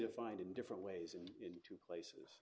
defined in different ways and in two places